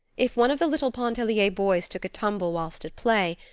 if one of the little pontellier boys took a tumble whilst at play,